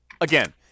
Again